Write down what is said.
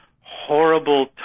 horrible